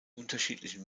unterschiedlichen